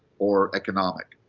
or economic.